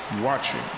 watching